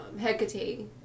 Hecate